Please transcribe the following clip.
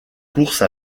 course